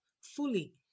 fully